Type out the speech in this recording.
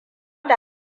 da